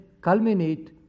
culminate